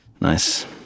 Nice